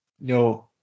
No